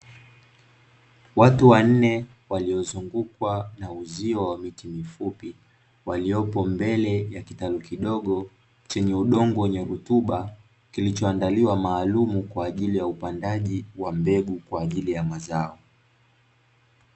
Watu wanne, waliozungukwa na uzio wa miti mifupi, waliopo mbele ya kitalu kidogo chenye udongo wenye rutuba, kilichoandaliwa maalumu kwa ajili ya upandaji wa mbegu kwa ajili ya mazao.